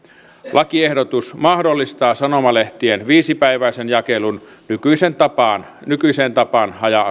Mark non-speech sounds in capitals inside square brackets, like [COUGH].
lakiehdotus mahdollistaa sanomalehtien viisipäiväisen jakelun nykyiseen tapaan nykyiseen tapaan haja [UNINTELLIGIBLE]